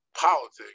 politics